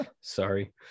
sorry